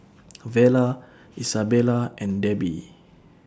Vella Isabella and Debbi